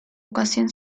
vocación